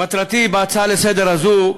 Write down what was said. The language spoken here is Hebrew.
מטרתי בהצעה לסדר הזאת,